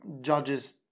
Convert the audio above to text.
judges